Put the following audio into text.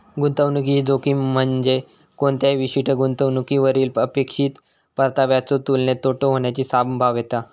गुंतवणुकीची जोखीम म्हणजे कोणत्याही विशिष्ट गुंतवणुकीवरली अपेक्षित परताव्याच्यो तुलनेत तोटा होण्याची संभाव्यता